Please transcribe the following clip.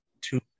two